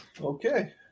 Okay